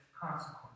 consequence